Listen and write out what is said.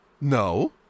No